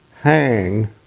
hang